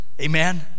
amen